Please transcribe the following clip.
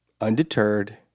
undeterred